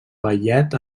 ballet